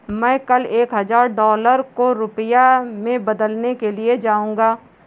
मैं कल एक हजार डॉलर को रुपया में बदलने के लिए जाऊंगा